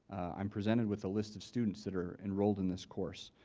i'm presented with a list of students that are enrolled in this course.